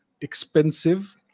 expensive